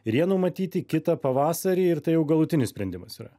ir jie numatyti kitą pavasarį ir tai jau galutinis sprendimas yra